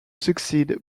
succeed